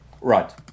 Right